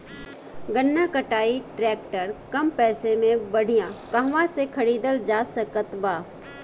गन्ना कटाई ट्रैक्टर कम पैसे में बढ़िया कहवा से खरिदल जा सकत बा?